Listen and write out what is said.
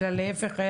להפך,